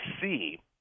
see